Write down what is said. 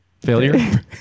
failure